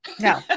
No